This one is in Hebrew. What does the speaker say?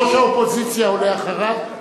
ראש האופוזיציה עולה אחריו,